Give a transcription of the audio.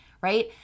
right